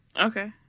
Okay